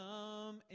come